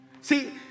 See